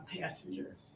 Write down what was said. passenger